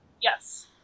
Yes